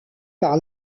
par